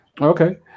Okay